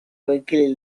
koikili